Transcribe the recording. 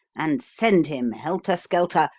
and send him helter-skelter,